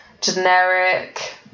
generic